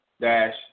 dash